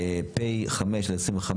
פ/5/25.